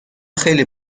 خیلی